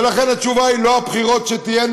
ולכן התשובה היא לא הבחירות שתהיינה,